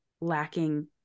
lacking